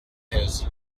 his